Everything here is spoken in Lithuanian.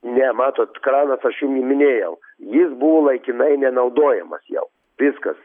ne matot kranas aš jumi minėjau jis buvo laikinai nenaudojamas jau viskas